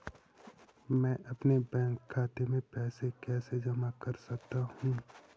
मैं अपने बैंक खाते में पैसे कैसे जमा कर सकता हूँ?